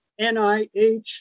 NIH